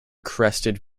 crested